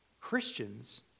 Christians